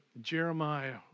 Jeremiah